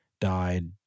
died